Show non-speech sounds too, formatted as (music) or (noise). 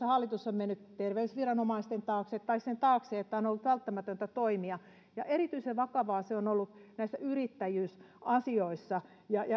(unintelligible) hallitus on mennyt terveysviranomaisten taakse tai sen taakse että on ollut välttämätöntä toimia ja erityisen vakavaa se on ollut näissä yrittäjyysasioissa